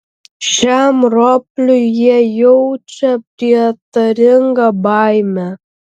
šiam ropliui jie jaučia prietaringą baimę